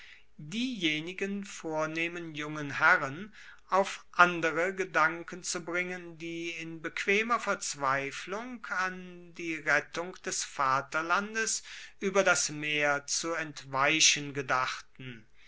diejenigen vornehmen jungen herren auf andere gedanken zu bringen die in bequemer verzweiflung an die rettung des vaterlandes ueber das meer zu entweichen gedachten